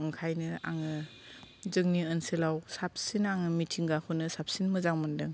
ओंखायनो आङो जोंनि ओनसोलाव साबसिन आङो मिथिंगाखौनो साबसिन मोजां मोनदों